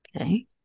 Okay